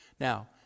Now